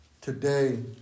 today